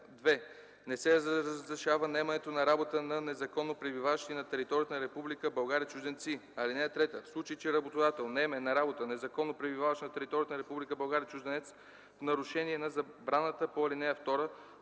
„(2) Не се разрешава наемането на работа на незаконно пребиваващи на територията на Република България чужденци. (3) В случай че работодател наеме на работа незаконно пребиваващ на територията на Република България чужденец в нарушение на забраната по ал. 2,